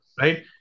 right